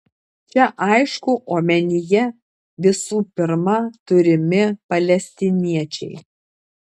čia aišku omenyje visų pirma turimi palestiniečiai